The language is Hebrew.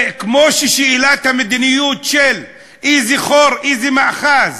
וכמו ששאלת המדיניות של איזה חור, איזה מאחז